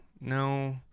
no